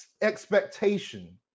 expectation